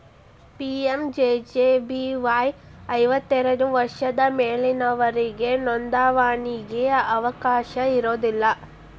PMJJBY ಐವತ್ತೈದು ವರ್ಷದ ಮ್ಯಾಲಿನೊರಿಗೆ ನೋಂದಾವಣಿಗಿ ಅವಕಾಶ ಇರೋದಿಲ್ಲ